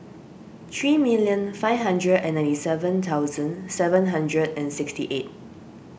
three million five hundred and ninety seven thousand seven hundred and sixty eight